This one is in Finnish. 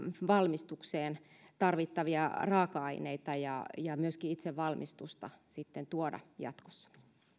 valmistukseen tarvittavia raaka aineita ja ja myöskin itse valmistusta tuoda jatkossa